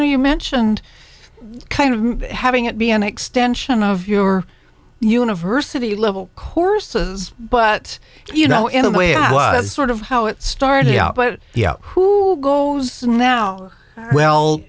know you mentioned kind of having it be an extension of your university level courses but you know in a way i was sort of how it started out but who goes in now well